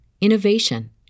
innovation